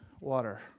water